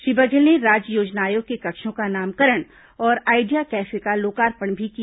श्री बघेल ने राज्य योजना आयोग के कक्षों का नामकरण और आइडिया कैफे का लोकार्पण भी किया